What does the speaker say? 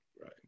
Right